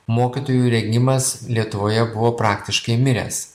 mokytojų rengimas lietuvoje buvo praktiškai miręs